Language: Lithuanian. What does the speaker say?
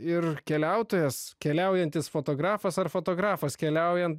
ir keliautojas keliaujantis fotografas ar fotografas keliaujant